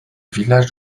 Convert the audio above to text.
village